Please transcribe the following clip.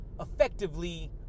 effectively